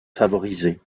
favoriser